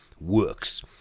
works